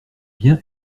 bien